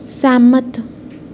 सैह्मत